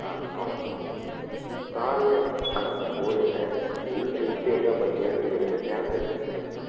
ஆ அவ்வளோதாங்க சார் கால்லேயும் ஆ போடுங்க உள்ள இன்டேக்கா பார்த்தீங்கன்னா இங்கே வந்து டேப்லட் எடுத்துக்கோங்க சார்